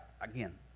again